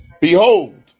behold